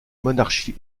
monarchie